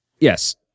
Yes